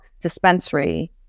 dispensary